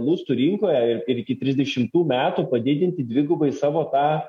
lustų rinkoje ir ir iki trisdešimtų metų padidinti dvigubai savo tą